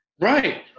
right